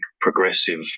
progressive